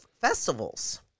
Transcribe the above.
festivals